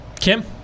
Kim